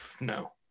no